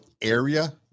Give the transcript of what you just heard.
area